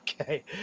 Okay